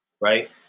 right